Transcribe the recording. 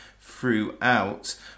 throughout